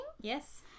Yes